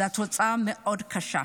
התוצאה תהיה קשה מאוד.